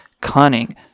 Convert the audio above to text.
cunning